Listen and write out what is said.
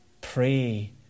pray